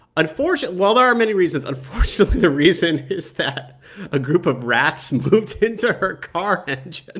unfortunately well, there are many reasons. unfortunately, the reason is that a group of rats moved into her car engine.